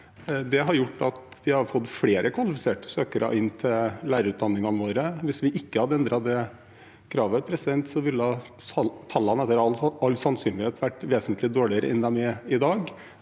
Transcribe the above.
Det har gjort at vi har fått flere kvalifiserte søkere til lærerutdanningene våre. Hvis vi ikke hadde endret det kravet, ville tallene etter all sannsynlighet vært vesentlig dårligere enn de er i dag.